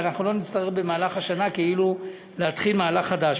ואנחנו לא נצטרך במהלך השנה כאילו להתחיל מהלך חדש.